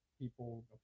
people